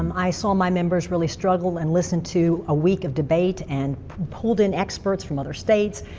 um i saw my members really struggle and listen to a week of debate and pulled in experts from other states,